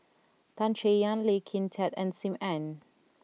Tan Chay Yan Lee Kin Tat and Sim Ann